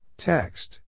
Text